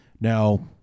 Now